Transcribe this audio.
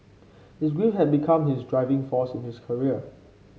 his grief had become his driving force in his career